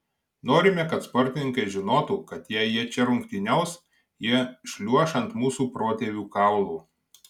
norime kad sportininkai žinotų kad jei jie čia rungtyniaus jie šliuoš ant mūsų protėvių kaulų